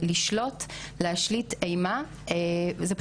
ואם זה באמצעות אפליקציות למיניהן שזמינות,